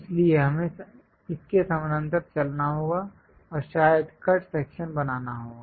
इसलिए हमें इसके समानांतर चलना होगा और शायद कट सेक्शन बनाना होगा